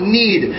need